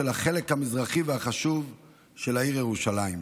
החלק המזרחי והחשוב של העיר ירושלים,